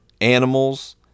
animals